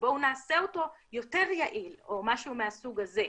בואו נעשה אותו יותר יעיל או משהו מהסוג הזה.